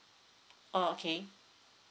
oh okay